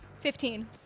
Fifteen